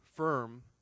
firm